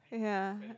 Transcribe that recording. yeah